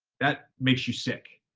that makes you sick.